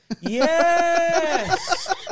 Yes